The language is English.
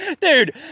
Dude